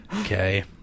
Okay